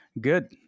Good